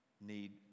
need